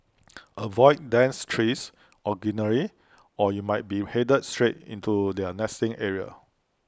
avoid dense trees or greenery or you might be headed straight into their nesting areas